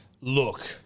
Look